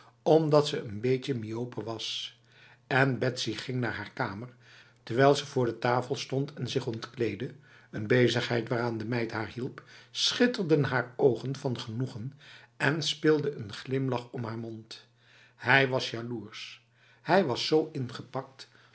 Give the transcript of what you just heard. omdat ze n beetje myope was en betsy ging naar haar kamer terwijl ze voor de tafel stond en zich ontkleedde n bezigheid waaraan de meid haar hielp schitterden haar ogen van genoegen en speelde n glimlach om haar mond hij was jaloers hij was zo ingepakt